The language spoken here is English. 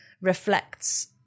reflects